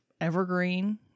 evergreen